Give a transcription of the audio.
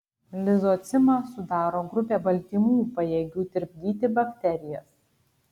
lizocimą sudaro grupė baltymų pajėgių tirpdyti bakterijas